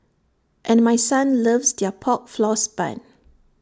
and my son loves their Pork Floss Bun